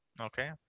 Okay